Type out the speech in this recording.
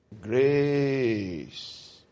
grace